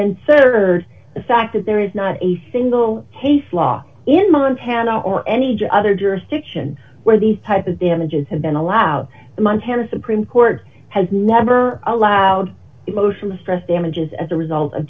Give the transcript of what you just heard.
search the fact that there is not a single case law in montana or any other jurisdiction where these type of damages have been allowed in montana supreme court has never allowed emotional distress damages as a result of